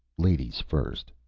ladies first,